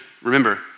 Remember